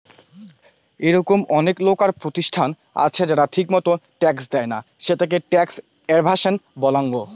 এরকম অনেক লোক আর প্রতিষ্ঠান আছে যারা ঠিকমতো ট্যাক্স দেইনা, সেটাকে ট্যাক্স এভাসন বলাঙ্গ